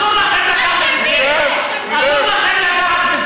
חברת הכנסת מירב בן ארי, נא לא להפריע לדובר.